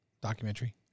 Documentary